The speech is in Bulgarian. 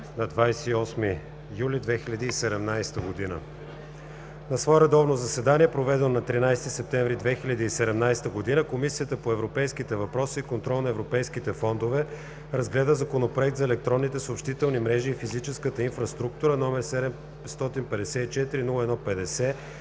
на 28 юли 2017 г. На свое редовно заседание, проведено на 13 септември 2017 г., Комисията по европейските въпроси и контрол на европейските фондове разгледа Законопроект за електронните съобщителни мрежи и физическата инфраструктура № 754-01-50,